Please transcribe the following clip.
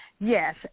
Yes